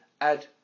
add